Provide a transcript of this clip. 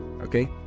okay